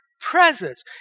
presence